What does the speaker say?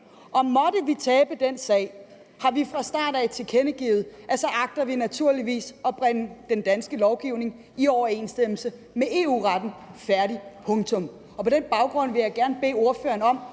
for at tabe den sag, har vi fra start af tilkendegivet, at vi naturligvis agter at bringe den danske lovgivning i overensstemmelse med EU-retten. Færdig, punktum. På den baggrund vil jeg gerne bede ordføreren om